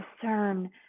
discern